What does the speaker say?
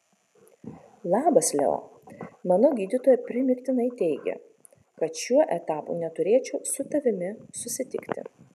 labas leo mano gydytoja primygtinai teigia kad šiuo etapu neturėčiau su tavimi susitikti